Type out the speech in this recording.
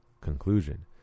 Conclusion